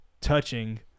touching